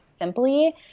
simply